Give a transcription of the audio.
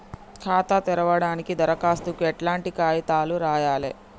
ఖాతా తెరవడానికి దరఖాస్తుకు ఎట్లాంటి కాయితాలు రాయాలే?